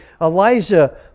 Elijah